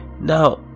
now